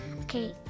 Okay